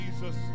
Jesus